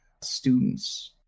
students